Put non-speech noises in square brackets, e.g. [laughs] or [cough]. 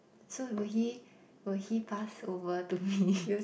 so will he will he pass over to me [laughs]